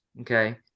okay